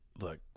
look